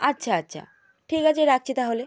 আচ্ছা আচ্ছা ঠিক আছে রাখছি তাহলে